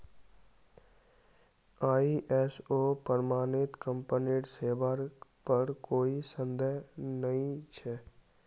ISO प्रमाणित कंपनीर सेवार पर कोई संदेह नइ छ